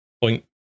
Point